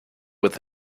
with